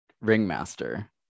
ringmaster